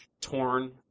torn